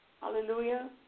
hallelujah